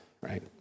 right